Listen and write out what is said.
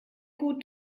gut